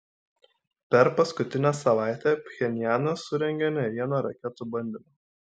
per paskutinę savaitę pchenjanas surengė ne vieną raketų bandymą